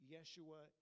Yeshua